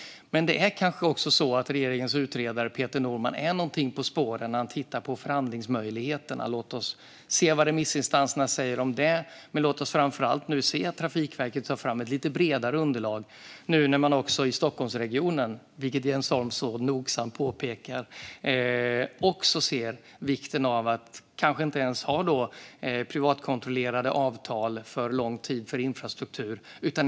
Men kanske är regeringens utredare Peter Norman någonting på spåren när han tittar på förhandlingsmöjligheterna. Låt oss se vad remissinstanserna säger om det. Men låt oss framför allt se det lite bredare underlag som Trafikverket nu ska ta fram. Som Jens Holm nogsamt påpekade ser man nu även i Stockholmsregionen vikten av att kanske inte ens ha privatkontrollerade avtal för lång tid för infrastruktur.